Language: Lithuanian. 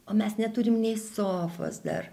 o mes neturim nei sofos dar